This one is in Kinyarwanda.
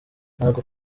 ntabwo